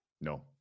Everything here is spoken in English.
No